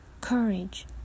Courage